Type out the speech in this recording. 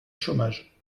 chômage